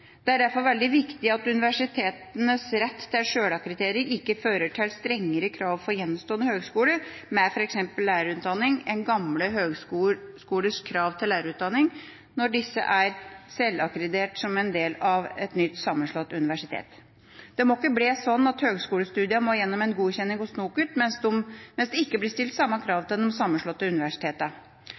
Det er derfor veldig viktig at universitetenes rett til sjølakkreditering ikke fører til strengere krav for gjenstående høgskoler med f.eks. lærerutdanning enn gamle høgskolers krav til lærerutdanning, når disse er sjølakkreditert som en del av et nytt sammenslått universitet. Det må ikke bli sånn at høgskolestudiene må gjennom en godkjenning hos NOKUT, mens det ikke blir stilt samme krav til de sammenslåtte